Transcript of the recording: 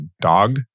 dog